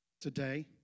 Today